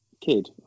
kid